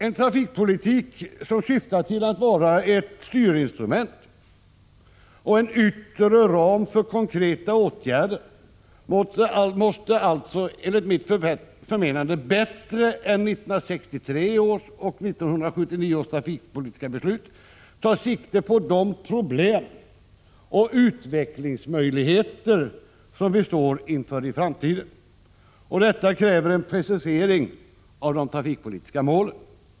En trafikpolitik som syftar till att vara ett styrinstrument och en yttre ram för konkreta åtgärder måste alltså enligt mitt förmenande bättre än 1963 års och 1979 års trafikpolitiska beslut ta sikte på de problem och utvecklingsmöjligheter som vi står inför i framtiden. Detta kräver en precisering av de trafikpolitiska målen.